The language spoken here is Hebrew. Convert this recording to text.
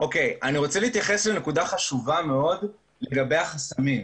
אני רוצה להתייחס לנקודה חשובה מאוד בעניין החסמים.